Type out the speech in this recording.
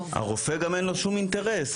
לרופא גם אין שום אינטרס,